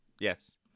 Yes